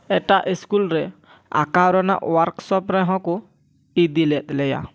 ᱮᱴᱟᱜ ᱤᱥᱠᱩᱞ ᱨᱮ ᱟᱸᱠᱟᱣ ᱨᱮᱱᱟ ᱳᱨᱟᱠᱥᱚᱯ ᱨᱮᱦᱚᱸ ᱠᱚ ᱤᱫᱤᱞᱮᱫ ᱞᱮᱭᱟ